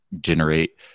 generate